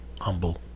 humble